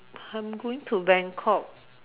I'm going to Bangkok